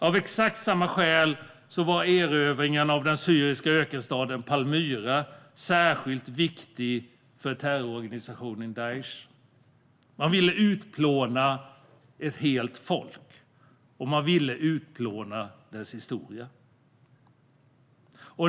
Av exakt samma skäl var erövringen av den syriska ökenstaden Palmyra särskilt viktig för terrororganisationen Daish. Man ville utplåna ett folk och dess historia.